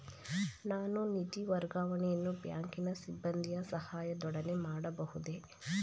ನಾನು ನಿಧಿ ವರ್ಗಾವಣೆಯನ್ನು ಬ್ಯಾಂಕಿನ ಸಿಬ್ಬಂದಿಯ ಸಹಾಯದೊಡನೆ ಮಾಡಬಹುದೇ?